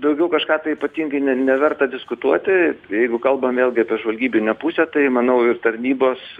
daugiau kažką tai ypatingai ne neverta diskutuoti jeigu kalbam vėlgi apie žvalgybinę pusę tai manau ir tarnybos